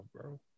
bro